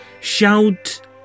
Shout